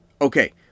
Okay